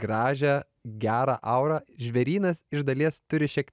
gražią gerą aurą žvėrynas iš dalies turi šiek